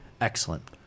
Excellent